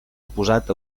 oposat